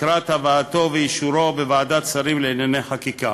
לקראת הבאתו ואישורו בוועדת שרים לענייני חקיקה.